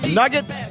nuggets